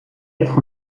être